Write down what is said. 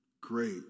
great